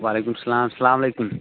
وَعَلَيكُم ٱلسَّلَامُ السلام علیكُم